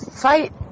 fight